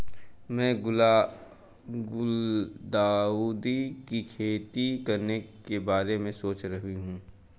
मैं गुलदाउदी की खेती करने के बारे में सोच रही हूं